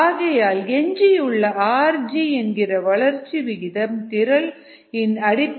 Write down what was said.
ஆகையால் எஞ்சியுள்ள rg என்கிற வளர்ச்சி விகிதம் திறள் இன் அடிப்படையில் dmdt ஆகும்